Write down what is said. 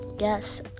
Yes